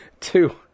Two